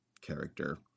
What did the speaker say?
character